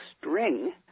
string